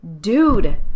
dude